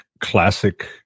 classic